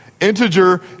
Integer